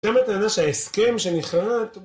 גם הטענה שההסכם שנכרת